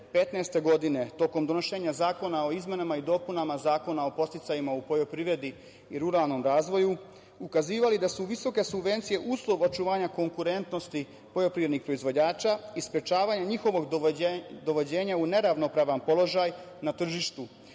2015. godine, tokom donošenja Zakona o izmenama i dopunama Zakona o podsticajima u poljoprivredi i ruralnom razvoju, ukazivali da su visoke subvencije uslov očuvanja konkurentnosti poljoprivrednih proizvođača i sprečavanje njihovog dovođenja u neravnopravan položaj na tržištu,